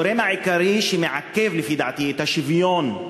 הגורם העיקרי שמעכב, לפי דעתי, את השוויון,